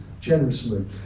generously